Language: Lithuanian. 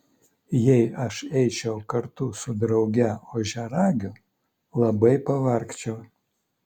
jei aš eičiau kartu su drauge ožiaragiu labai pavargčiau